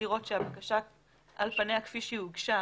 לראות שהבקשה על פניה כפי שהיא הוגשה,